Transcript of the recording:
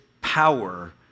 power